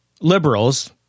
liberals